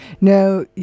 Now